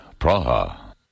Praha